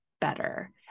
better